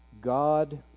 God